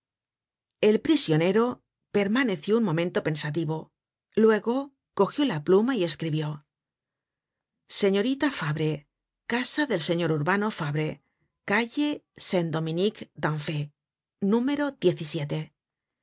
el prisionero permaneció un momento pensativo luego cogió la pluma y escribió señorita fabre casa del señor urbano fabre calle saint dominique d'enfer número